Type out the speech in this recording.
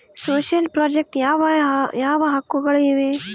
Social project ಯಾವ ಯಾವ ಹಕ್ಕುಗಳು ಇವೆ?